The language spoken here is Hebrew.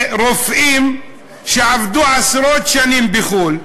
לרופאים שעבדו עשרות שנים בחו"ל,